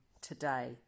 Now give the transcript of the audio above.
today